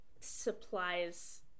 supplies